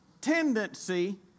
tendency